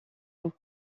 nous